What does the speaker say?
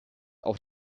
auch